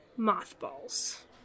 Mothballs